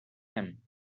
him